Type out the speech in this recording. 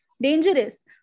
dangerous